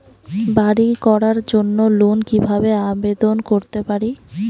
বাড়ি করার জন্য লোন কিভাবে আবেদন করতে পারি?